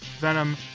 venom